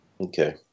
Okay